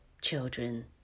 children